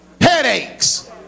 headaches